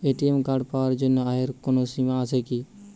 ATM card পাওয়ার জন্য আয়ের কোনো সীমা আছে কি?